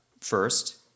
first